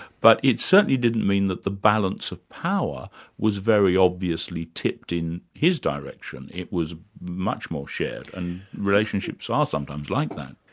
but it certainly didn't mean that the balance of power was very obviously tipped in his direction, it was much more shared, and relationships are sometimes like that.